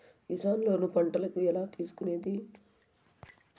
Kisan loan పంటలకు ఎలా తీసుకొనేది?